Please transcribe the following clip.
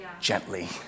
gently